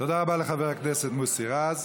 תודה רבה לחבר הכנסת מוסי רז.